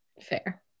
Fair